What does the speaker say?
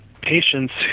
patients